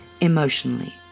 emotionally